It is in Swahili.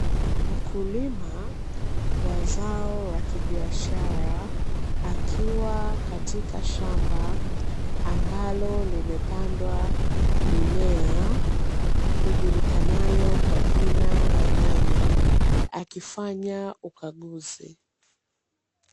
Mkulima wa zao la kibiashara akiwa katika shamba ambalo limepandwa mimea, ijulikanayo kwa jina la nyanya akifanya ukaguzi.